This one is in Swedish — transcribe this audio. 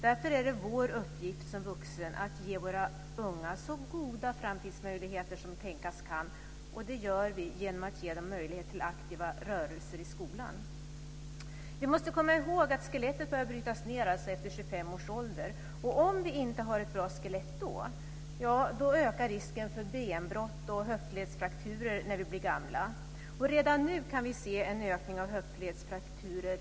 Därför är det vår uppgift som vuxna att ge våra unga så goda framtidsmöjligheter som tänkas kan, och det gör vi genom att ge dem möjlighet till aktiva rörelser i skolan. Vi måste komma ihåg att skelettet börjar brytas ned efter 25 års ålder. Om vi inte har ett bra skelett då ökar risken för benbrott och höftledsfrakturer när vi blir gamla. Redan nu kan vi se en ökning av höftledsfrakturer.